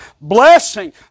blessing